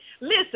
Listen